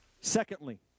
Secondly